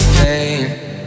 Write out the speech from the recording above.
pain